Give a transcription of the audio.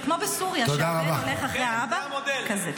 זה כמו בסוריה, שהבן הולך אחרי האבא, כזה.